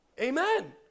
Amen